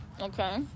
Okay